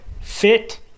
fit